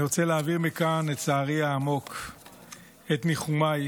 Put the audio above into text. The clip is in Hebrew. אני רוצה להעביר מכאן את צערי העמוק ואת ניחומיי,